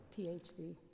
PhD